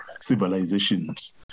civilizations